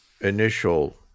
initial